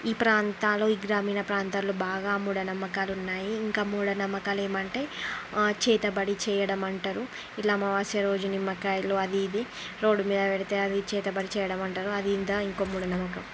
ఈ ప్రాంతాల్లో ఈ గ్రామీణ ప్రాంతాల్లో బాగా మూఢనమ్మకాలు ఉన్నాయి ఇంకా మూఢనమ్మకాలు ఏమంటే ఆ చేతబడి చేయడం అంటారు ఇలా అమావాస్య రోజు నిమ్మకాయలు అది ఇది రోడ్డు మీద పెడితే అవి చేతబడి చేయడం అంటారు అది ఇంద ఇంకో మూఢ నమ్మకం